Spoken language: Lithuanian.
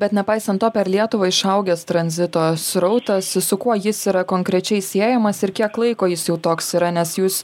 bet nepaisant to per lietuvą išaugęs tranzito srautas su kuo jis yra konkrečiai siejamas ir kiek laiko jis jau toks yra nes jūs